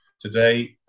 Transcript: today